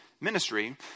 ministry